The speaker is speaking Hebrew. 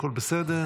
הכול בסדר.